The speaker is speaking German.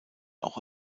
auch